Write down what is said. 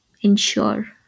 ensure